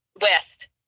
west